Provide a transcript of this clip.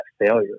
failure